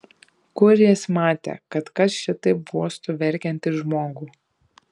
kur jis matė kad kas šitaip guostų verkiantį žmogų